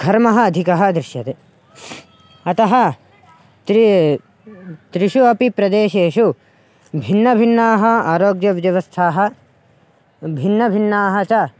घर्मः अधिकः दृश्यते अतः त्रिषु त्रिषु अपि प्रदेशेषु भिन्नभिन्नाः आरोग्यव्यवस्थाः भिन्नभिन्नाः च